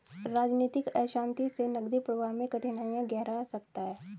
राजनीतिक अशांति से नकदी प्रवाह में कठिनाइयाँ गहरा सकता है